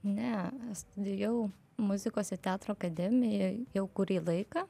ne studijavau muzikos ir teatro akademijoj jau kurį laiką